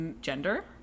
gender